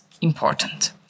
important